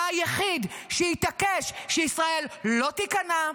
אתה היחיד שהתעקש שישראל לא תיכנע,